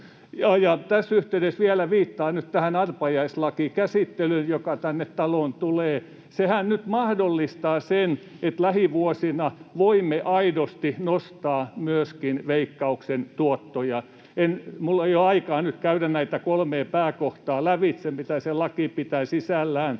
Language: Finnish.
Tässä yhteydessä vielä viittaan nyt tähän arpajaislakikäsittelyyn, joka tänne taloon tulee. Sehän nyt mahdollistaa sen, että lähivuosina voimme aidosti nostaa myöskin Veikkauksen tuottoja. Minulla ei ole aikaa nyt käydä näitä kolmea pääkohtaa lävitse, mitä se laki pitää sisällään,